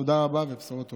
תודה רבה ובשורות טובות.